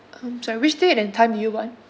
um sorry which date and time do you want